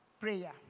prayer